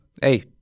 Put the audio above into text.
hey